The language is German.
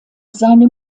seine